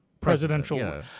presidential